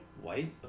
White